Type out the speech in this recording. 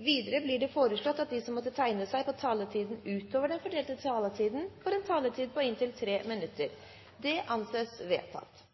innenfor den fordelte taletid. Videre blir det foreslått at de som måtte tegne seg på talerlisten utover den fordelte taletid, får en taletid på inntil 3 minutter. – Det anses vedtatt.